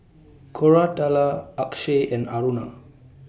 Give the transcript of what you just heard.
Koratala Akshay and Aruna